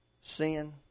sin